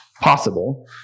possible